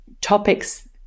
topics